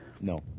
No